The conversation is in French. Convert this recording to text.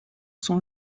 son